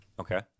Okay